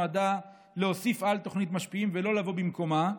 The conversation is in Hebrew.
נועדה להוסיף על תוכנית "משפיעים" ולא לבוא במקומה.